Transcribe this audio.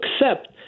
accept